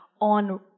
on